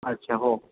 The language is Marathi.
अच्छा हो